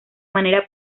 manera